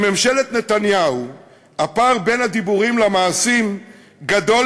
בממשלת נתניהו הפער בין הדיבורים למעשים גדול